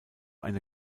eine